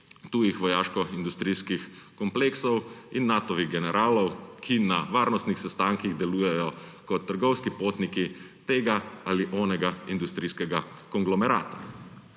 tujih vojaškoindustrijskih kompleksov in Natovih generalov, ki na varnostnih sestankih delujejo kot trgovski potniki tega ali onega industrijskega konglomerata.